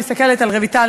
אני מסתכלת על רויטל,